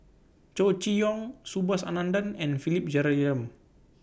Chow Chee Yong Subhas Anandan and Philip Jeyaretnam